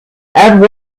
and